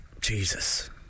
Jesus